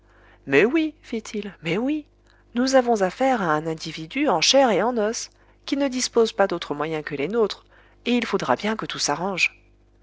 mais oui fit-il mais oui nous avons affaire à un individu en chair et en os qui ne dispose pas d'autres moyens que les nôtres et il faudra bien que tout s'arrange